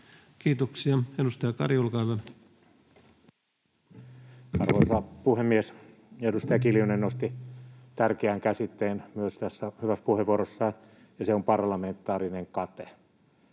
Time: 18:19 Content: Arvoisa puhemies! Edustaja Kiljunen nosti tärkeän käsitteen myös tässä hyvässä puheenvuorossaan, ja se on ”parlamentaarinen kate”.